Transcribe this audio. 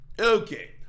Okay